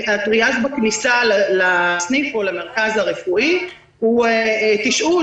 הטריאז' בכניסה לסניף או למרכז הרפואי הוא תשאול,